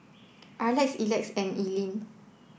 Arley Elex and Alene